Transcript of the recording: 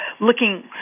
looking